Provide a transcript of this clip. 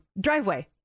driveway